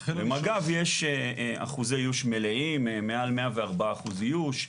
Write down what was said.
במג"ב יש אחוזי איוש מלאים, מעל 104% איוש.